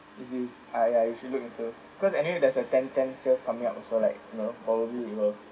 easy I I should look into because anyway there's a ten ten sales coming out also like you know probably it will